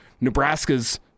Nebraska's